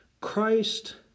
Christ